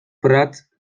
prats